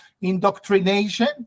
indoctrination